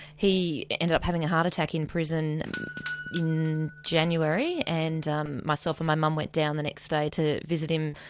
he ended up having a heart attack in prison in january, and um myself and my mum went down the next day to visit him.